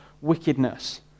wickedness